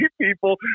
people